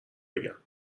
بگم